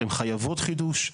הן חייבות חידוש.